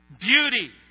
Beauty